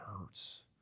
hurts